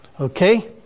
Okay